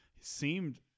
seemed